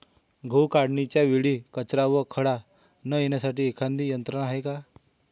गहू काढणीच्या वेळी कचरा व खडा न येण्यासाठी एखादी यंत्रणा आहे का?